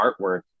artwork